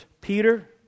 Peter